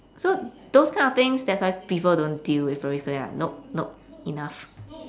so those kind of things that's why people don't deal with primary school they're like nope nope enough